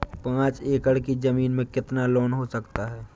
पाँच एकड़ की ज़मीन में कितना लोन हो सकता है?